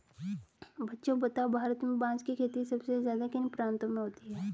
बच्चों बताओ भारत में बांस की खेती सबसे ज्यादा किन प्रांतों में होती है?